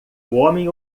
homem